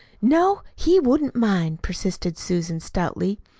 no, he wouldn't mind, persisted susan stoutly.